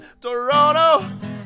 Toronto